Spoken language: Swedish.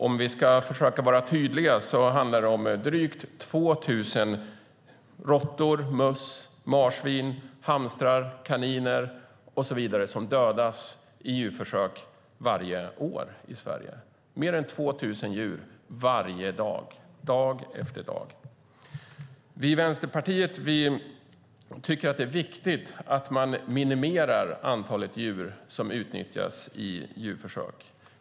Om vi ska försöka vara tydliga handlar det om drygt 2 000 råttor, möss, marsvin, hamstrar, kaniner och så vidare som dödas i djurförsök varje dag i Sverige - mer än 2 000 djur varje dag, dag efter dag. Vi i Vänsterpartiet tycker att det är viktigt att man minimerar antalet djur som utnyttjas i försök.